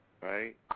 Right